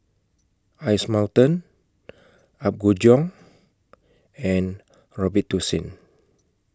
Ice Mountain Apgujeong and Robitussin